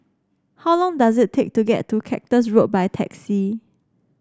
how long does it take to get to Cactus Road by taxi